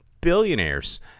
billionaires